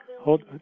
Hold